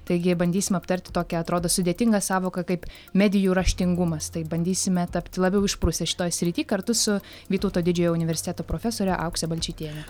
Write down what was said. taigi bandysim aptarti tokią atrodo sudėtingą sąvoką kaip medijų raštingumas tai bandysime tapt labiau išprusę šitoj srityj kartu su vytauto didžiojo universiteto profesore aukse balčytiene